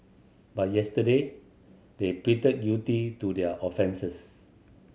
but yesterday they pleaded guilty to their offences